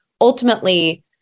ultimately